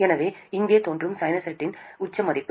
என்பது இங்கே தோன்றும் சைனூசாய்டின் உச்ச மதிப்பு